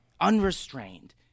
unrestrained